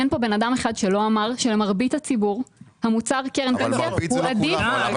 אין פה בן אדם אחד שלא אמר שלמרבית הציבור המוצר קרן פנסיה הוא עדיף.